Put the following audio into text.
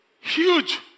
Huge